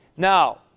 Now